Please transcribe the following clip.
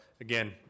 Again